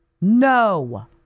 No